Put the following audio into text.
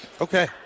Okay